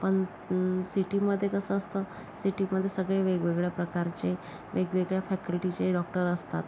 पन सिटीमध्ये कसं असतं सिटीमध्ये सगळे वेगवेगळ्या प्रकारचे वेगवेगळ्या फॅकल्टीचे डॉक्टर असतात